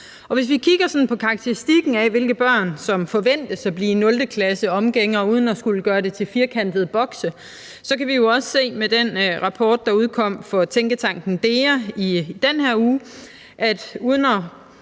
Hvis vi kigger på karakteristikken af, hvilke børn som forventes at blive 0.-klasseomgængere, uden at skulle gøre det til firkantede bokse, kan vi også med den rapport, der udkom fra Tænketanken Dea i den her uge, sige, at